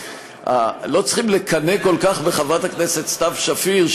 לא צריכים לקנא כל כך בחברת הכנסת סתיו שפיר,